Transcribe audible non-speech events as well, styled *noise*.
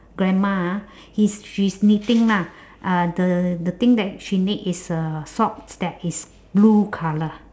grandma ah he's she's knitting lah *breath* uh the the thing that she knit is a sock that is blue colour